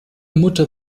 mutter